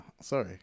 sorry